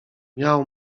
miał